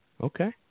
Okay